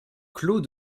clos